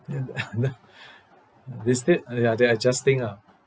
ya the the state ah ya they are adjusting ah